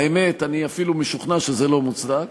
האמת, אני אפילו משוכנע שזה לא מוצדק.